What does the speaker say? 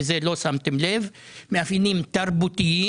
מאפיינים תרבותיים.